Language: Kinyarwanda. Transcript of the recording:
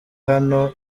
hano